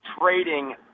trading